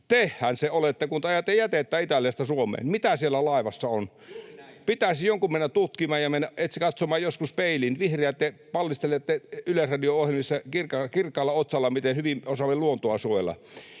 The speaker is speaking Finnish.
Tehän se olette, kun te ajatte jätettä Italiasta Suomeen. Mitä siellä laivassa on? [Mauri Peltokangas: Juuri näin!] Pitäisi jonkun mennä tutkimaan ja katsoa joskus peiliin. Vihreät, te pallistelette Yleisradion ohjelmissa kirkkaalla otsalla, ”miten hyvin osaamme luontoa suojella”,